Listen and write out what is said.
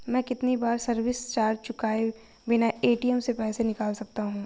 मैं कितनी बार सर्विस चार्ज चुकाए बिना ए.टी.एम से पैसे निकाल सकता हूं?